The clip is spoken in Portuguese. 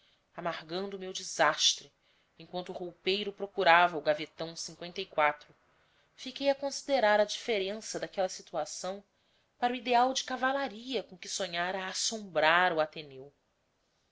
amargando o meu desastre enquanto o roupeiro procurava o gavetão fiquei a considerar a diferença daquela situação para o ideal de cavalaria com que sonhara assombrar o ateneu